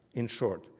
in short,